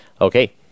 okay